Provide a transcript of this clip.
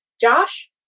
Josh